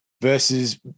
versus